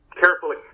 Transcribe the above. carefully